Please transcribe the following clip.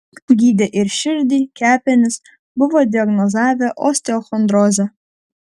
gydė ir širdį kepenis buvo diagnozavę osteochondrozę